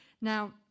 Now